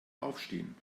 aufstehen